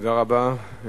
תודה רבה.